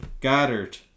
Goddard